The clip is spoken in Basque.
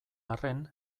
arren